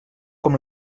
com